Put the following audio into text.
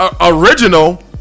Original